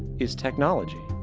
is technology.